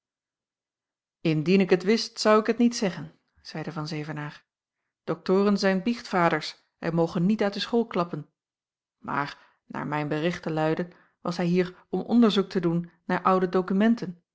indien ik het wist zou ik het niet zeggen zeide van zevenaer doctoren zijn biechtvaders en mogen niet uit de school klappen maar naar mijn berichten luiden was hij hier om onderzoek te doen naar oude dokumenten